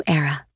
era